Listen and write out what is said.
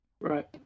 right